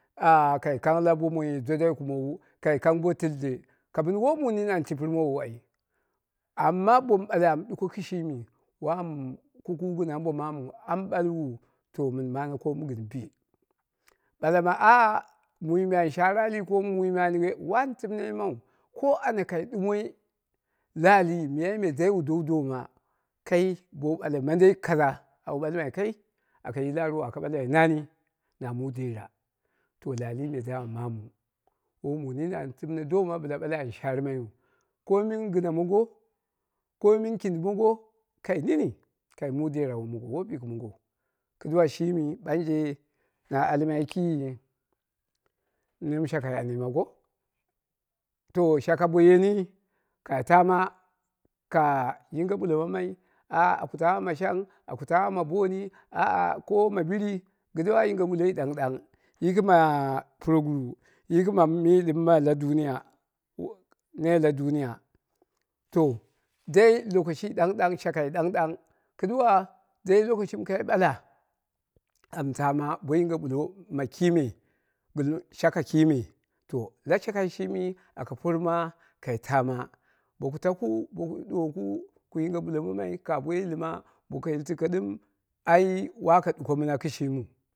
Ah kai kang bo mui dwa dwai kumowu kai kang bo tilde, woi mu nini an tipɨrrowou ai amma bomu ɓale am ɗuko kɨshimi wam kukuwu gɨn ambo maam am ɓalwuu to mɨn mane koomu gɨn bo ɓala ah mui me an share alii koomu wani timne yimau, ko anya kai ɗumo laali miyai me wu dowu doma, kai au ɓalmai mandei kara au ɓalmai kaa aka yil arwo aka ɓalmai nani na min dera, to laali me daman maamu woi mu nene bɨla timne doma ɓɨla ɓale an sharɨ maiyu komin gɨna mango, komi kindi mongo kai nini, ka mu dera womi go woi biki mongou, kɨduwa shimi na atmai neem shakai an yima ko, to shaka bo yeni kai taama ka yinge ɓullo mammai aku taama ma shang, aku taama ma boi ni ah ko ma bɨri kɨduwa yinge ɓullo ɗang ɗang yiki ma puroguru yiki ma mi ɗɨm ma la duniya nene la duniya dai lokoshi ɗang ɗang shakai ɗang ɗang kɨduwa dai lokoshim kai ɓala am taama bo yinge ɓullo ma kime, gɨn shaka kimu to la shakai shimi, aka porma, kai taami boku taku ku ɗuwoku, boku yinge ɓullo mammai ka bo yildi, ma bo yildiko ɗɨm ai waka ɗuko mɨna kɨshimiu